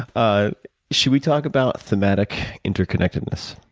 ah should we talk about thematic interconnectedness?